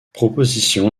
proposition